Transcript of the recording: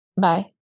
Bye